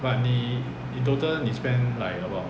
but 你 total 你 spend like about